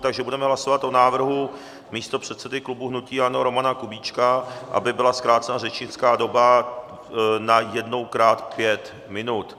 Takže budeme hlasovat o návrhu místopředsedy klubu hnutí ANO Romana Kubíčka, aby byla zkrácena řečnická doba na jednou krát pět minut.